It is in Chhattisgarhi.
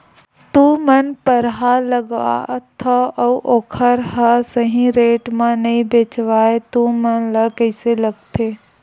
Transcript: तू मन परहा लगाथव अउ ओखर हा सही रेट मा नई बेचवाए तू मन ला कइसे लगथे?